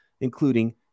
including